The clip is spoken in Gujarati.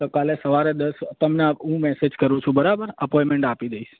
તો કાલે સવારે દસ તમને હું મેસેજ કરું છું બરાબર અપોઈંમેંટ આપી દઈશ